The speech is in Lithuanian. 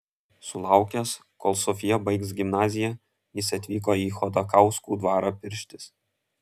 sulaukęs kol sofija baigs gimnaziją jis atvyko į chodakauskų dvarą pirštis